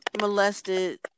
molested